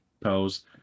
pose